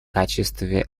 качестве